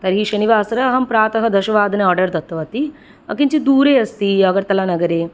तर्हि शनिवासरे अहं प्रातः दशवादन आर्डर दत्तवती किंचिद् दूरे अस्ति अगरताला नगरे